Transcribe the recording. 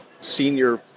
senior